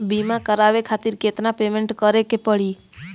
बीमा करावे खातिर केतना पेमेंट करे के पड़ी?